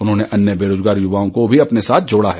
उन्होंने अन्य बेरोजगार युवाओं को भी अपने साथ जोड़ा है